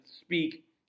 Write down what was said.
speak